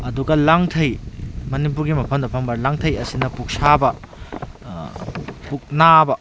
ꯑꯗꯨꯒ ꯂꯥꯡꯊꯩ ꯃꯅꯤꯄꯨꯔꯒꯤ ꯃꯐꯝꯗ ꯐꯪꯕ ꯂꯥꯡꯊꯩ ꯑꯁꯤꯅ ꯄꯨꯛ ꯁꯥꯕ ꯄꯨꯛ ꯄꯨꯛ ꯅꯥꯕ